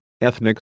ethnic